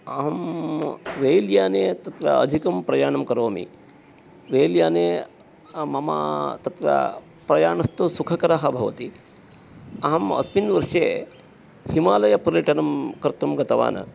अहं रेल् याने तत्र अधिकं प्रयाणं करोमि रेल् याने मम तत्र प्रयाणस्तु सुखकरः भवति अहम् अस्मिन् वर्षे हिमालयपर्यटनं कर्तुं गतवान्